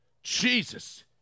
Jesus